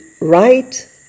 right